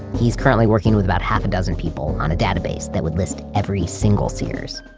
he's currently working with about half a dozen people on a database that would list every single sears.